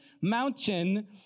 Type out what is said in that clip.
mountain